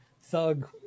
thug